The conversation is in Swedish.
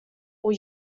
och